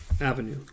Avenue